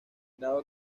dado